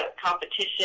competition